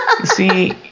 See